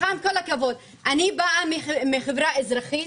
עם כל הכבוד, אני באה מחברה אזרחית,